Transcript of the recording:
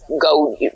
go